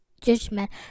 judgment